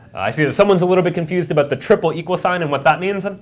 i see that someone's a little bit confused about the triple equal sign and what that means. um